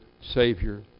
Savior